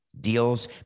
deals